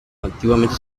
antiguamente